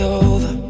over